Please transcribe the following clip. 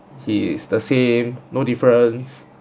he is the same no difference